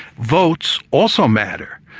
votes also matter.